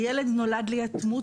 הילד נולד להיות דמות,